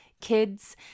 kids